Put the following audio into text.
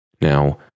Now